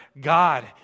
God